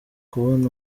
kubona